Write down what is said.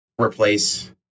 replace